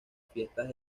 fiestas